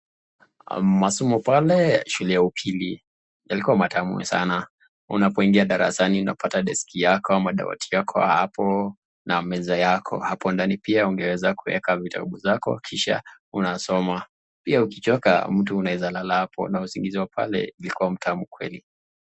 Masomo pale shule ya upili. Yalikuwa matamu sana. Unapo ingia darasani unapata deski yako ama dawati yako hapo na meza yako. Hapo ndani pia ungeweza kuweka vitabu zako kisha unasoma, pia ukichoka mtu unaeza lala hapo na usingizi wa pale ulikuwa mtamu kweli.